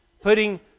putting